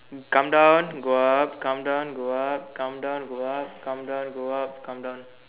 come down go up come down go up come down go up come down go up come down